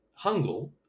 Hangul